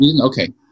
Okay